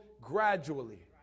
gradually